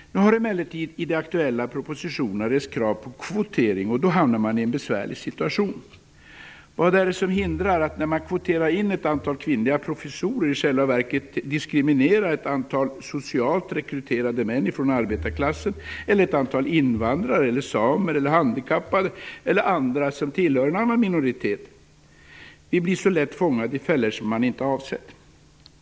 Nu har det emellertid i de aktuella propositionerna rests krav på kvotering, och då hamnar man i en besvärlig situation. Vad är det som hindrar att man, när man kvoterar in ett antal kvinnliga professorer, i själva verket diskriminerar ett antal socialt rekryterade män från arbetarklassen eller ett antal invandrare, samer, handikappade eller andra som tillhör en annan minoritet? Vi blir så lätt fångade i fällor vi inte har avsett.